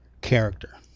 character